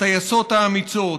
הטייסות האמיצות,